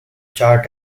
chart